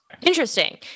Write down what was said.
Interesting